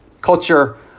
culture